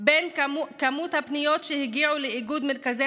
בין היקף הפניות שהגיעו לאיגוד מרכזי